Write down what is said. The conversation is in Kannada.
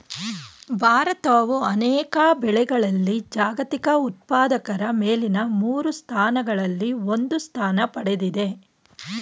ಭಾರತವು ಅನೇಕ ಬೆಳೆಗಳಲ್ಲಿ ಜಾಗತಿಕ ಉತ್ಪಾದಕರ ಮೇಲಿನ ಮೂರು ಸ್ಥಾನಗಳಲ್ಲಿ ಒಂದು ಸ್ಥಾನ ಪಡೆದಿದೆ